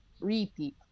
Repeat